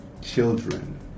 children